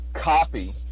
copy